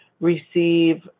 receive